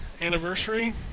Anniversary